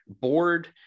board